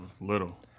little